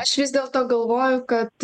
aš vis dėlto galvoju kad